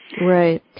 Right